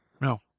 No